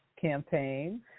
campaign